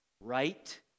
Right